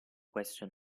questo